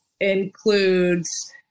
includes